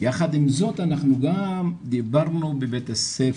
יחד עם זאת אנחנו גם דיברנו בבית הספר,